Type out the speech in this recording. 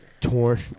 Torn